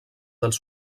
dels